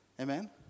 Amen